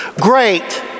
Great